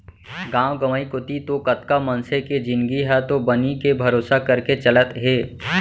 गांव गंवई कोती तो कतका मनसे के जिनगी ह तो बनी के भरोसा करके चलत हे